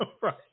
right